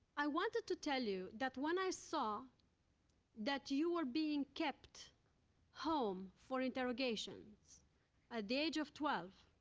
i wanted to tell you that when i saw that you were being kept home for interrogations at the age of twelve,